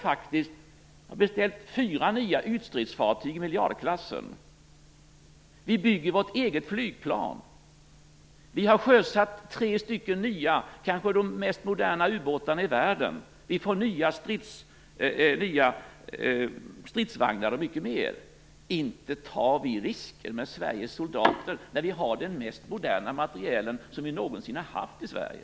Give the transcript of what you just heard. Vi har beställt fyra nya ytstridsfartyg i miljardklassen, vi bygger vårt eget flygplan, vi har sjösatt tre nya, kanske de mest moderna ubåtarna i världen, vi får nya stridsvagnar, och mycket mer. Inte tar vi risker med Sveriges soldater, när vi har den mest moderna materiel som vi någonsin har haft i Sverige!